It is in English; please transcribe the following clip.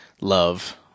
love